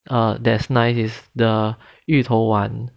uh that's nice is the 芋头丸